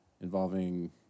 involving